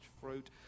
fruit